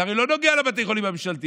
זה הרי לא נוגע לבתי החולים הממשלתיים,